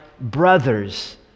brothers